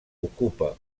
ocupa